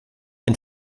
ein